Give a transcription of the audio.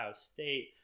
State